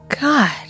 God